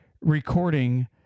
recording